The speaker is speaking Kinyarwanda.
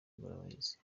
ingorabahizi